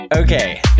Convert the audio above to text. Okay